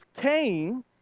Cain